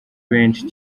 benshi